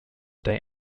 day